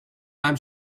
arm